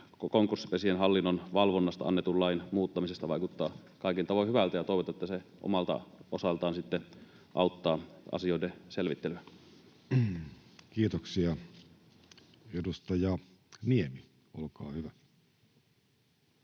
konkurssipesien hallinnon valvonnasta annetun lain muuttamisesta, vaikuttaa kaikin tavoin hyvältä, ja toivotaan, että se omalta osaltaan sitten auttaa asioiden selvittelyä. Kiitoksia. — Edustaja Niemi, olkaa hyvä.